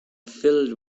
filled